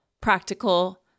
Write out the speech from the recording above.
practical